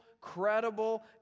credible